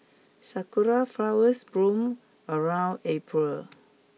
sakura flowers bloom around April